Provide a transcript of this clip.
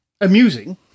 amusing